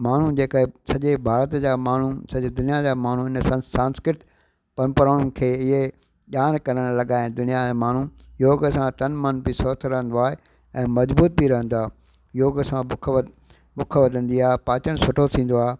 माण्हुनि जेका सॼे भारत जा माण्हू सॼे दुनिया जा माण्हू हिन सन सांस्कृत परंपराउनि खे इहे ॼाण करणु लॻा आहिनि दुनिया में माण्हू योग सां तन मन बि स्वस्थ रहंदो आहे ऐं मजबूत बि रहंदो योग सां बुख वध बुख वधंदी आहे पाचन सुठो थींदो आहे